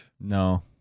No